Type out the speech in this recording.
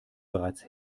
bereits